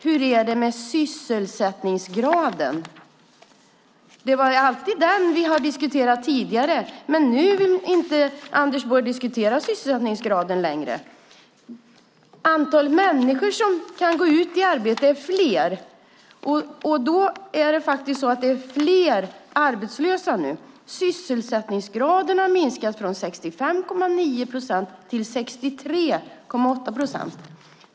Hur är det med sysselsättningsgraden, Anders Borg? Det är alltid den vi har diskuterat tidigare, men nu vill inte Anders Borg diskutera sysselsättningsgraden längre. Antalet människor som kan gå ut i arbete är fler. Det är fler arbetslösa nu. Sysselsättningsgraden har minskat från 65,9 procent till 63,8 procent.